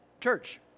church